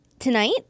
Tonight